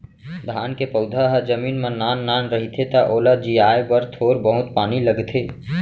धान के पउधा ह जमीन म नान नान रहिथे त ओला जियाए बर थोर बहुत पानी लगथे